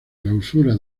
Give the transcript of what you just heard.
clausura